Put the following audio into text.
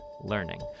learning